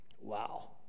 Wow